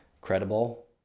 credible